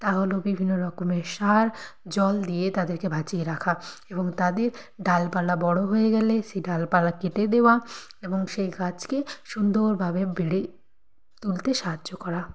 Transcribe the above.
তা হলো বিভিন্ন রকমের সার জল দিয়ে তাদেরকে বাঁচিয়ে রাখা এবং তাদের ডালপালা বড় হয়ে গেলে সেই ডালপালা কেটে দেওয়া এবং সেই গাছকে সুন্দরভাবে বেড়ে তুলতে সাহায্য করা